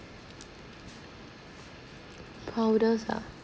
powders ah